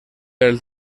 per